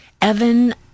Evan